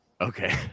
Okay